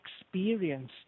experience